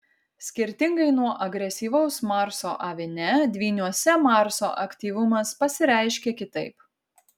skirtingai nuo agresyvaus marso avine dvyniuose marso aktyvumas pasireiškia kitaip